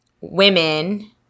women